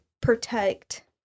protect